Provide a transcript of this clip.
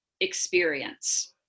experience